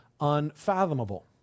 unfathomable